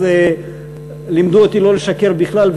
אז לימדו אותי לא לשקר בכלל,